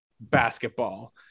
basketball